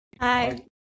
Hi